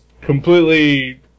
completely